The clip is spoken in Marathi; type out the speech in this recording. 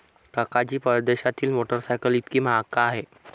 काका जी, परदेशातील मोटरसायकल इतकी महाग का आहे?